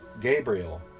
gabriel